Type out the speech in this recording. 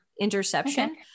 interception